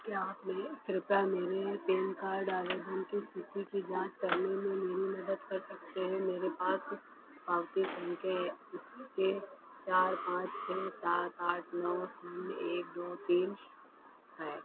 क्या आप मेरे कृपया मेरे पेन कार्ड आवेदन की स्थिति की जांच करने में मेरी मदद कर सकते हैं मेरे पास पावती संख्या ए सी के चार पाँच छः सात आठ नौ शून्य एक दो तीन है